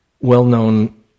well-known